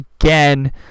again